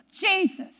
Jesus